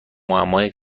معمای